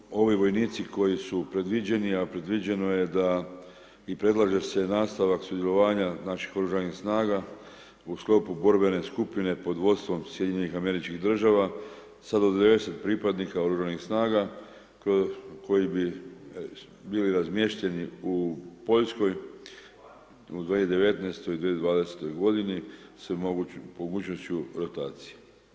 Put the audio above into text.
Mislim da ovi vojnici koji su predviđeni a previđeno je da i predlaže se nastavak sudjelovanja naših OS-a u sklopu borbene skupine pod vodstvom SAD-a, sa 90 pripadnika OS-a koji bi bili razmješteni u Poljskoj u 2019.-2020. g. sa mogućnošću rotacije.